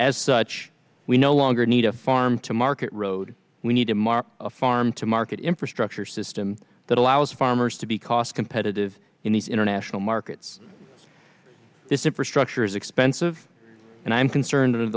as such we no longer need to farm to market road we need to mark farm to market infrastructure system that allows farmers to be cost competitive in these international markets this infrastructure is expensive and i'm concerned